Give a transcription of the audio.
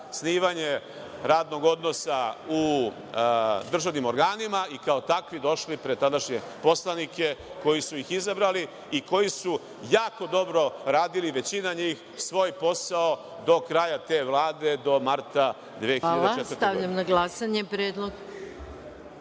zasnivanje radnog odnosa u državnim organima i kao takvi došli pred tadašnje poslanike koji su ih izabrali i koji su jako dobro radili, većina njih, svoj posao do kraja te Vlade, do marta 2004. godine. **Maja Gojković**